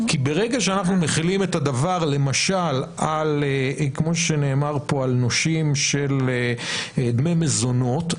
כי ברגע שאנחנו מחילים את הדבר למשל על נושים של דמי מזונות,